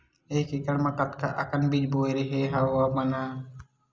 एक एकड़ म कतका अकन बीज बोए रेहे हँव आप मन ह?